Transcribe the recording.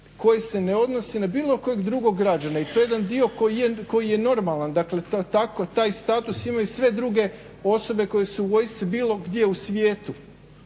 koji se ne odnose na bilo kojeg drugog građanina i to je dio koji je normalan. Dakle takav status imaju sve druge osobe u vojsci bilo gdje u svijetu.